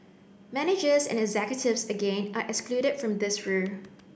managers and executives again are excluded from this rule